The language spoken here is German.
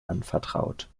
anvertraut